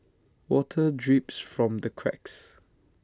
water drips from the cracks